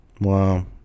Wow